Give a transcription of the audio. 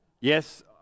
Yes